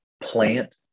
Plant